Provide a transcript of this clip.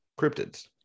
cryptids